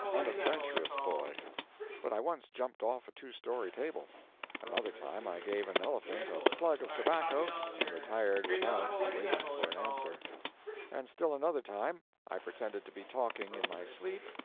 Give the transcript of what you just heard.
unadventurous boy but i once jumped off a two-story table another time i gave an elephant a plug of tobacco and retired without waiting for an answer and still another time i pretended to be talking in my sleep,